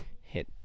hit